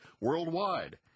worldwide